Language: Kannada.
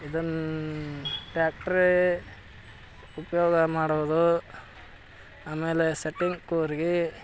ಇದನ್ನು ಟ್ಯಾಕ್ಟ್ರೇ ಉಪಯೋಗ ಮಾಡೋದು ಆಮೇಲೆ ಸೆಟ್ಟಿಂಗ್ ಕೂರ್ಗೆ